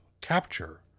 capture